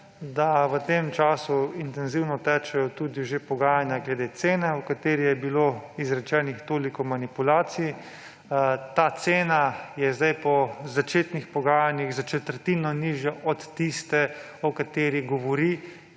da v tem času intenzivno potekajo tudi že pogajanja glede cene, o kateri je bilo izrečenih toliko manipulacij. Ta cena je zdaj po začetnih pogajanjih za četrtino nižja od tiste, o kateri govori